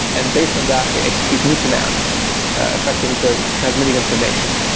and based on that, they execute new commands effectively, so transmitting information.